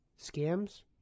Scams